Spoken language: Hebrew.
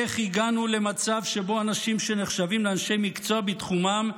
איך הגענו למצב שבו אנשים שנחשבים לאנשי מקצוע בתחומם,